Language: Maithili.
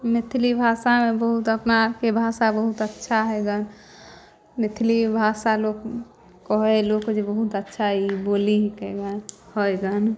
मैथिली भाषामे बहुत अपना आओरके भाषा बहुत अच्छा हइ गऽ मैथिली भाषा लोक कहै लोक जे बहुत अच्छा हइ ई बोली होइ गन